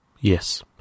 Yes